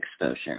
exposure